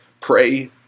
Pray